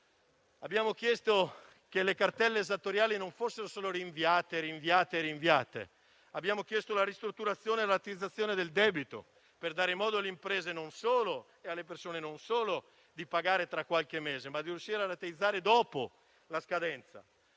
Abbiamo chiesto che le cartelle esattoriali non fossero solo rinviate, rinviate e rinviate. Abbiamo chiesto la ristrutturazione e la rateizzazione del debito, per dare modo alle imprese e alle persone non solo di pagare tra qualche mese, ma anche di riuscire rateizzare dopo la scadenza.